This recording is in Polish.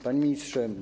Panie Ministrze!